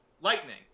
lightning